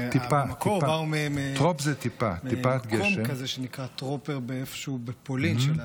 במקור הם באו ממקום שנקרא טרופר בפולין,